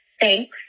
Thanks